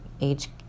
age